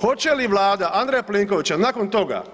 Hoće li Vlada Andreja Plenkovića nakon toga